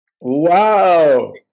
Wow